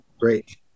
Great